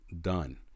done